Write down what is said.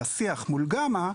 בשיח מול גמא,